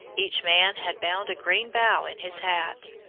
each man had bound a green bough in his hat.